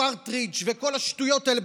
פרטרידג' וכל השטויות האלה.